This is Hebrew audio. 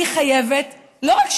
חשוב ככל שיהיה,